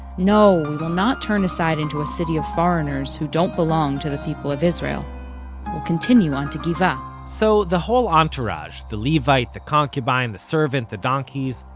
no, we will not turn aside into a city of foreigners, who don't belong to the people of israel we'll continue on to gibeah so the whole entourage, the levite, the concubine, the servant, the donkeys,